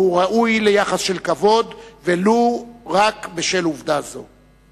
והוא ראוי ליחס של כבוד ולו רק בשל עובדה זו.